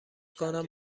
کنم